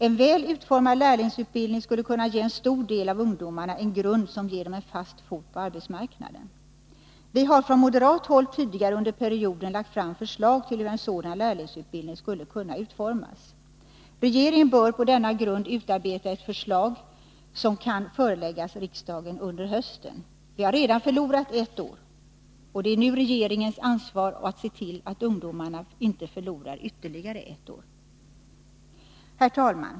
En väl utformad lärlingsutbildning skulle kunna ge en stor del av ungdomarna en grund som ger dem en fast fot på arbetsmarknaden. Vi har från moderat håll tidigare under perioden lagt fram förslag till hur en sådan lärlingsutbildning skulle kunna utformas. Regeringen bör på denna grund utarbeta ett förslag som kan föreläggas riksdagen under hösten. Vi har redan förlorat ett år. Det är nu regeringens ansvar att se till att ungdomarna inte förlorar ytterligare ett år. Herr talman!